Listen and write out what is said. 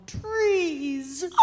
trees